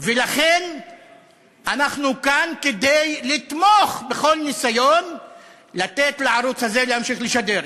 ולכן אנחנו כאן כדי לתמוך בכל ניסיון לתת לערוץ הזה להמשיך לשדר.